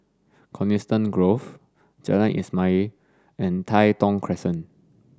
Coniston Grove Jalan Ismail and Tai Thong Crescent